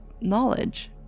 knowledge